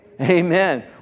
amen